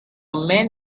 man